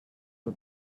for